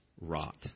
rot